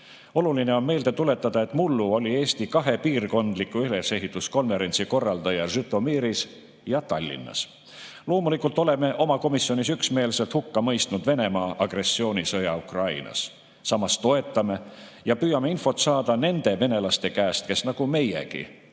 Oluline on meelde tuletada, et mullu oli Eesti kahe piirkondliku ülesehituskonverentsi korraldaja Žõtomõris ja Tallinnas. Loomulikult oleme oma komisjonis üksmeelselt hukka mõistnud Venemaa agressioonisõja Ukrainas. Samas toetame neid venelasi ja püüame infot saada nende venelaste käest, kes nagu meiegi